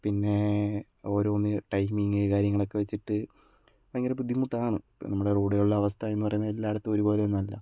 പിന്നെ ഓരോന്ന് ടൈമിങ്ങ് കാര്യങ്ങളൊക്കെ വച്ചിട്ട് ഭയങ്കര ബുദ്ധിമുട്ടാണ് ഇപ്പം നമ്മുടെ റോഡുകളുടെ അവസ്ഥ എന്നു പറയുന്നത് എല്ലായിടത്തും ഒരുപോലെ ഒന്നും അല്ല